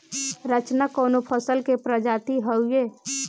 रचना कवने फसल के प्रजाति हयुए?